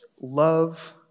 love